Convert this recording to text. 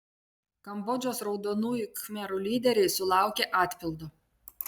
kambodžos raudonųjų khmerų lyderiai sulaukė atpildo